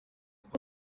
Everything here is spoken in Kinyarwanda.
undi